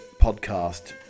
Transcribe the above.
podcast